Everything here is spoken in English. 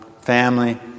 family